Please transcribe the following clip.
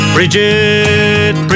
Bridget